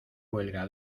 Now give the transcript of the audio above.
huelga